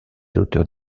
auteurs